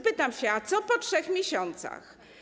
Pytam się: A co po 3 miesiącach?